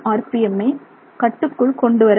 M I கட்டுக்குள் கொண்டு வர முடியும்